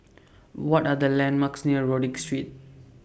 What Are The landmarks near Rodyk Street